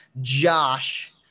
Josh